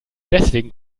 deswegen